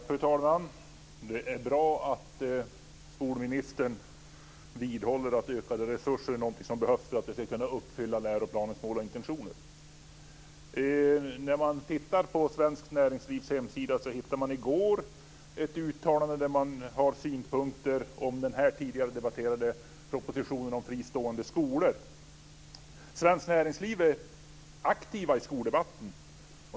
Fru talman! Det är bra att skolministern vidhåller att ökade resurser är någonting som behövs för att uppfylla läroplanens mål och intentioner. I går kunde man på Svenskt Näringslivs hemsida hitta ett uttalande med synpunkter om den tidigare debatterade propositionen om fristående skolor. Svenskt Näringsliv är aktiv i skoldebatten.